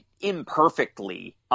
imperfectly –